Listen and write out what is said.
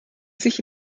sich